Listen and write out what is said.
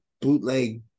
bootleg